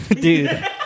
Dude